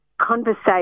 conversation